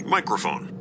Microphone